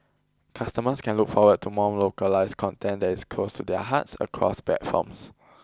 customers can look forward to more localised content that is close to their hearts across platforms